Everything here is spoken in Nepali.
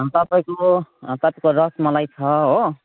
तपाईँको तपाईँको रसमलाई छ हो